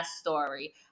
story